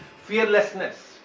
fearlessness